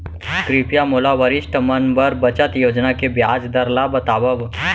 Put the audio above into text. कृपया मोला वरिष्ठ मन बर बचत योजना के ब्याज दर ला बतावव